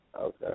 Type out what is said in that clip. Okay